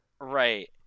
Right